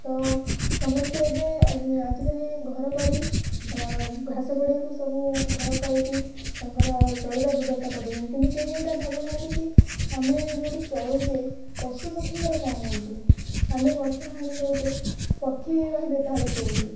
ତ ସମସ୍ତେ ଏବେ ଆଜିକାଲି ଘର କରି ଘାସ ପଡ଼ିଆକୁ ସବୁ ଘର କରିକି ତାଙ୍କର ଚଳିବା ବ୍ୟବସ୍ଥା କରିଦେଉଛନ୍ତି କିନ୍ତୁ କେହି ଏଇଟା ଭାବୁନାହାନ୍ତି କି ଆମେ ଯୋଉଠି ଚଳୁଛେ ପଶୁପକ୍ଷୀଙ୍କର କ'ଣ ହେଉଛି ଆମେ ଗଛ ହାଣି ଦେଉଛେ ପକ୍ଷୀ ରହିବେ ତାହେଲେ କୋଉଠି